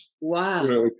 Wow